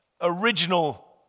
original